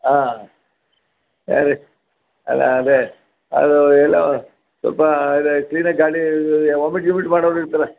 ಆಂ ಅದೇ ಅಲ್ಲ ಅದೇ ಅದು ಏನೋ ಸ್ವಲ್ಪ ಅದೇ ಕ್ಲಿನಾಗಿ ಗಾಡಿ ವಾಮಿಟ್ ಗೀಮಿಟ್ ಮಾಡೋವ್ರು ಇರ್ತಾರೆ